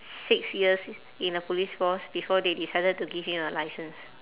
six years in a police force before they decided to give him a licence